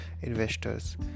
investors